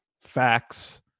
facts